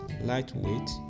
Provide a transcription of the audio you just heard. Lightweight